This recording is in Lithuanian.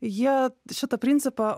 jie šitą principą